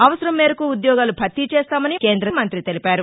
అవసరం మేరకు ఉద్యోగాలు భర్తీ చేస్తామని మంత్రి తెలిపారు